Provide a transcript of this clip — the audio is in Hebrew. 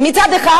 מצד אחד,